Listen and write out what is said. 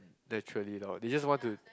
naturally lorh they just want to